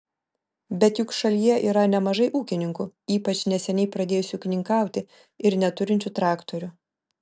bet juk šalyje yra nemažai ūkininkų ypač neseniai pradėjusių ūkininkauti ir neturinčių traktorių